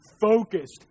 focused